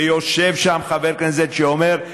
ויושב שם חבר כנסת שאומר: